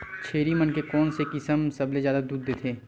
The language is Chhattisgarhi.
छेरी मन के कोन से किसम सबले जादा दूध देथे?